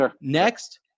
Next